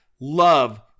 love